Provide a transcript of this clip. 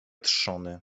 trzony